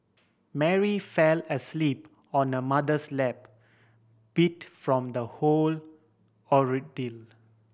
Mary fell asleep on her mother's lap beat from the whole